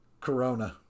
Corona